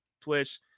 Twitch